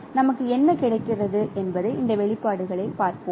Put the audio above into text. எனவே நமக்கு என்ன கிடைக்கிறது என்பது இந்த வெளிப்பாடுகளைப் பார்ப்போம்